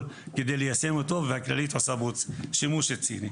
כדי ליישם אותו והכללית עושה בו שימוש ציני.